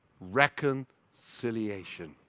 reconciliation